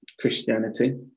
Christianity